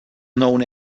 known